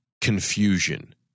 confusion